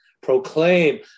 proclaim